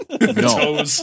no